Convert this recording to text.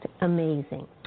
amazing